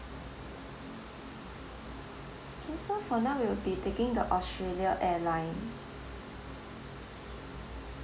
K so for now we'll be taking the australia airline